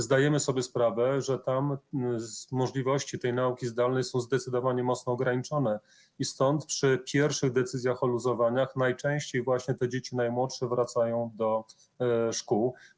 Zdajemy sobie sprawę, że tam możliwości nauki zdalnej są zdecydowanie mocno ograniczone i stąd przy pierwszych decyzjach o luzowaniach najczęściej właśnie dzieci najmłodsze wracają do szkół.